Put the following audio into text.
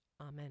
Amen